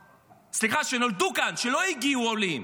סליחה, שנולדו כאן, שלא הגיעו כעולים.